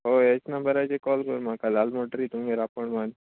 होय हेच नंबराचेर कॉल कर म्हाका जाल म्हुटरी तुमी रांपोण मान